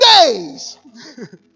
days